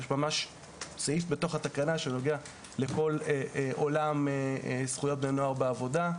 יש ממש סעיף בתוך התקנה שנוגע לכל עולם זכויות בני נוער בעבודה,